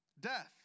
death